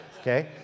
Okay